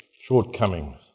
shortcomings